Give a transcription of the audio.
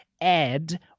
add